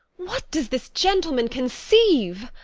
what does this gentleman conceive